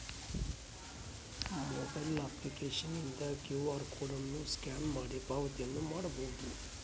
mobile ಅಪ್ಲಿಕೇಶನ್ನಿಂದ Q R code ಅನ್ನು scan ಮಾಡಿ ಪಾವತಿಯನ್ನ ಮಾಡಬೊದು